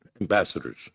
ambassadors